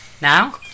Now